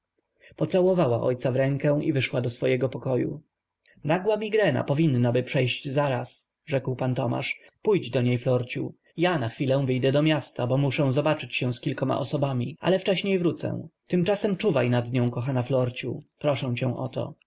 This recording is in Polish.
pocałowała ojca w rękę i wyszła do swego pokoju nagła migrena powinnaby przejść zaraz rzekł pan tomasz pójdź do niej florciu ja na chwilę wyjadę do miasta bo muszę zobaczyć się z kilkoma osobami ale wcześniej wrócę tymczasem czuwaj nad nią kochana florciu proszę cię o to